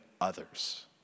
others